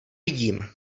vidím